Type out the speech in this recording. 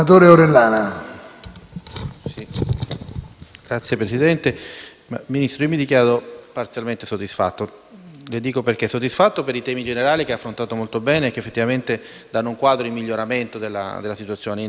Signor Ministro, mi dichiaro parzialmente soddisfatto. Sono soddisfatto per i temi generali, che ha affrontato molto bene e che effettivamente danno un quadro in miglioramento della situazione: innegabili i dati numerici che lei ha fornito